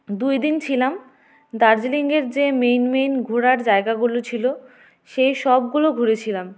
দুইদিন ছিলাম দার্জিলিংয়ের যে মেন মেন ঘোরার জায়গাগুলো ছিল সেই সবগুলো ঘুরেছিলাম